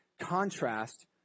contrast